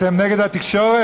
אתם נגד התקשורת?